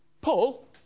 Paul